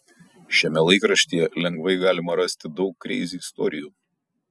šiame laikraštyje lengvai galima rasti daug kreizi istorijų